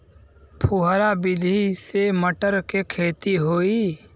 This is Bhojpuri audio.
फुहरा विधि से मटर के खेती होई